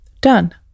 Done